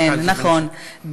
כן, נכון.